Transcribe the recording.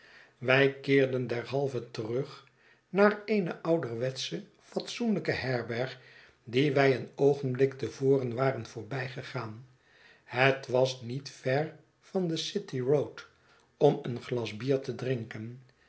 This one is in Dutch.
wij keerden derhalve terug naar eene ouderwetsche fatsoenlijke herberg die wij een oogenblik te voren waren voorbijgegaan het was niet ver van de city road om een glas bier te drinken